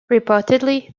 reportedly